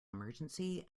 emergency